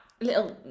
little